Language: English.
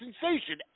sensation